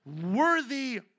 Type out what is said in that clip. worthy